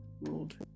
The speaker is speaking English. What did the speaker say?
Ruled